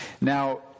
Now